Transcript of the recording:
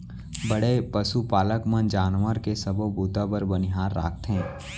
बड़े पसु पालक मन जानवर के सबो बूता बर बनिहार राखथें